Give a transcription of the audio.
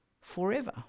forever